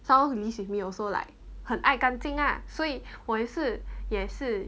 someone who lives with me also like 很爱干净啊所以我也是也是